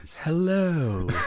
Hello